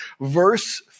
Verse